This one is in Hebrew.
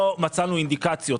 לא מצאנו אינדיקציות.